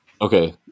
Okay